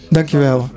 Dankjewel